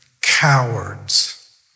cowards